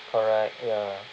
correct ya